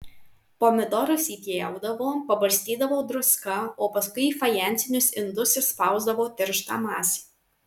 pomidorus įpjaudavo pabarstydavo druska o paskui į fajansinius indus išspausdavo tirštą masę